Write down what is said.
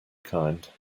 kind